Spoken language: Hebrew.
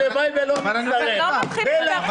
--- אבל יש